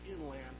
inland